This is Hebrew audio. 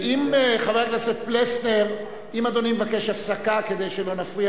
אם חבר הכנסת פלסנר מבקש הפסקה כדי שלא נפריע